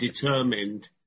determined